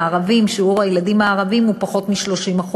שיעור הילדים הערבים הוא פחות מ-30%,